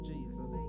Jesus